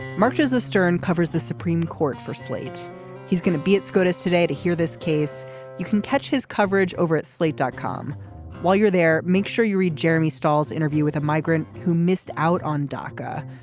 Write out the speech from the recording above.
marches as stern covers the supreme court for slate he's going to be at scotus today to hear this case you can catch his coverage over at slate dot com while you're there make sure you read jeremy stalls interview with a migrant who missed out on dhaka.